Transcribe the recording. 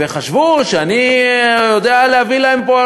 וחשבו שאני יודע להביא להם פה,